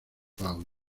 paulo